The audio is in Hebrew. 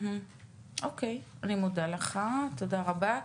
תודה רבה.